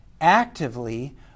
actively